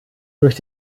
durch